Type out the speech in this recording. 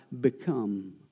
become